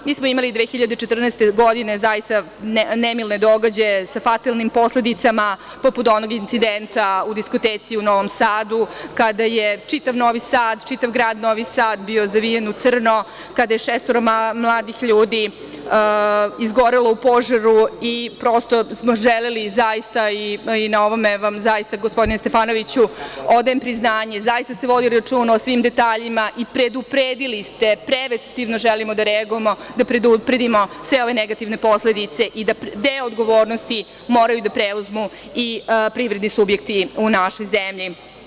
Imali smo 2014. godine zaista nemile događaje sa fatalnim posledicama, poput onog incidenta u diskoteci u Novom Sadu, kada je čitav grad Novi Sad bio zavijen u crno, kada je šestoro mladih ljudi izgorelo u požaru i prosto smo želeli i na ovome vam zaista, gospodine Stefanoviću, odajem priznanje, vodili ste računa o svim detaljima i predupredili ste, preventivno želimo da reagujemo, da predupredimo sve ove negativne posledice i da deo odgovornosti moraju da preuzmu i privredni subjekti u našoj zemlji.